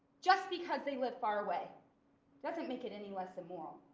just because they live far away doesn't make it any less immoral.